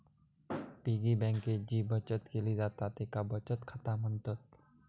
piggy बँकेत जी बचत केली जाता तेका बचत खाता म्हणतत